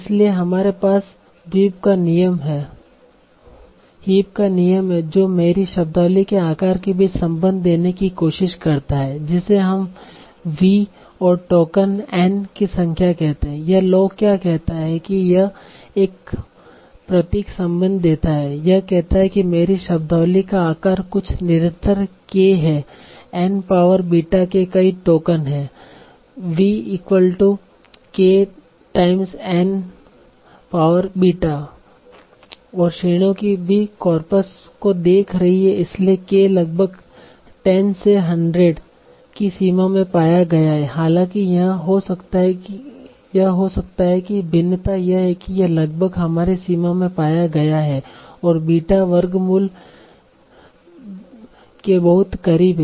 इसलिए हमारे पास हीप का नियम है कि वे मेरी शब्दावली के आकार के बीच संबंध देने की कोशिश करते हैं जिसे हम वी और टोकन एन की संख्या कहते हैं यह लॉ क्या कहता है कि यह एक प्रतीक संबंध देता है यह कहता है कि मेरी शब्दावली का आकार कुछ निरंतर K है N पॉवर बीटा के कई टोकन हैं और श्रेणियाँ भी कॉर्पस को देख रही हैं इसलिए K लगभग 10 से 100 की सीमा में पाया गया है हालांकि यह हो सकता है भिन्नता यह है कि यह लगभग हमारी सीमा में पाया गया है और बीटा वर्गमूल के बहुत करीब है